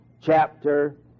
chapter